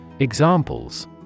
Examples